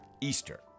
Easter